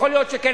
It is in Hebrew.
יכול להיות שכן,